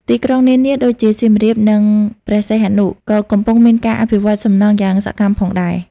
ទីក្រុងនានាដូចជាសៀមរាប និងព្រះសីហនុក៏កំពុងមានការអភិវឌ្ឍសំណង់យ៉ាងសកម្មផងដែរ។